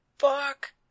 Fuck